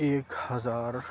ایک ہزار